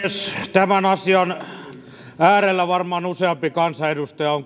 tämän asian äärellä varmaan useampi kansanedustaja on